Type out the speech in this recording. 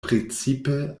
precipe